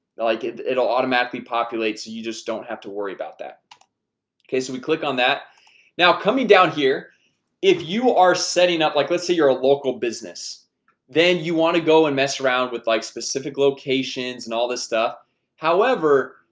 like it'll automatically populate so you just don't have to worry about that okay, so we click on that now coming down here if you are setting up like let's say you're a local business then you want to go and mess around with like specific locations and all this stuff however,